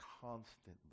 constantly